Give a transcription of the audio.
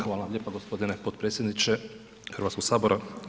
Hvala vam lijepo gospodine potpredsjedniče Hrvatskog sabora.